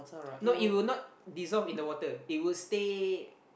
no it will not dissolve in the water it will stay